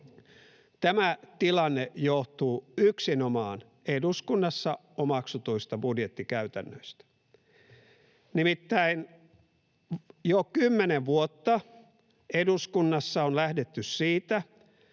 Tämä tilanne johtuu yksinomaan eduskunnassa omaksutuista budjettikäytännöistä. Nimittäin jo kymmenen vuotta eduskunnassa on lähdetty siitä,